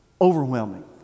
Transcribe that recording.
overwhelming